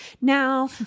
Now